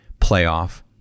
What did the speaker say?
playoff